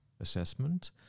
assessment